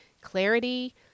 clarity